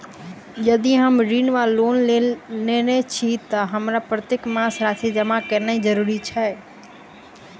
यदि हम ऋण वा लोन लेने छी तऽ हमरा प्रत्येक मास राशि जमा केनैय जरूरी छै?